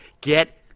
get